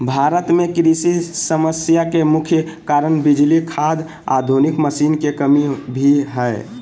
भारत में कृषि समस्या के मुख्य कारण बिजली, खाद, आधुनिक मशीन के कमी भी हय